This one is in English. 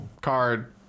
card